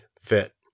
fit